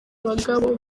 bagabo